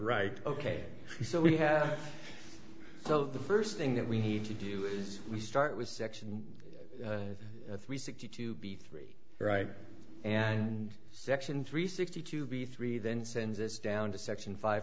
right ok so we have so the first thing that we need to do is we start with section three sixty two b three right and section three sixty two b three then sends this down to section five